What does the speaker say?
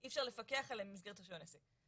אי אפשר לפקח עליהם במסגרת רישוי עסקים.